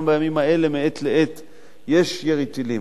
גם בימים האלה מעת לעת יש ירי טילים,